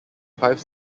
five